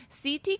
CT